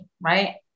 right